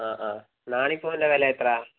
ആ ആ ഞാലിപ്പൂവന്റെ വില എത്രയാണ്